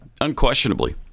unquestionably